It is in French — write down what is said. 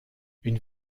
une